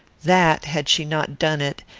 that, had she not done it,